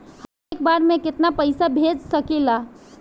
हम एक बार में केतना पैसा भेज सकिला?